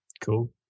Cool